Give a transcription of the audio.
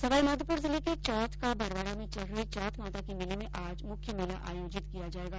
सवाईमाधोपुर जिले के चौथ का बरवाडा में चल रहे चौथ माता के मेले में आज मुख्य मेला आयोजित किया जायेगा